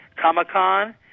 Comic-Con